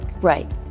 Right